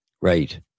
Right